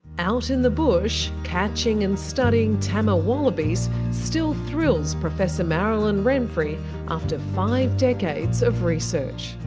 out in the bush, catching and studying tammar wallabies, still thrills professor marilyn renfree after five decades of research.